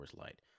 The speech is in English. Light